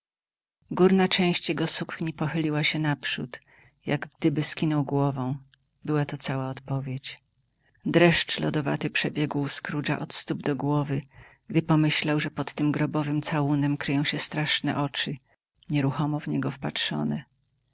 górna część jego sukni pochyliła się naprzód jak gdyby skinął głową była to cała odpowiedź dreszcz lodowaty przebiegł scroogea od stóp do głowy gdy pomyślał że pod tym grobowym całunem kryją się straszne oczy nieruchomo w niego wpatrzone